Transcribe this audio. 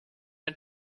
ein